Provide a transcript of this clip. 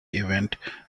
event